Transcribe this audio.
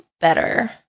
better